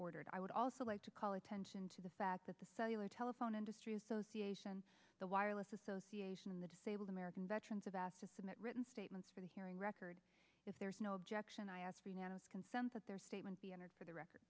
ordered i would also like to call attention to the fact that the cellular telephone industry association the wireless association the disabled american veterans of asked to submit written statements for the hearing record if there is no objection i ask unanimous consent that their statement be entered for the record